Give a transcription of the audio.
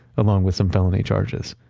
along with some felony charges.